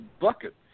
bucket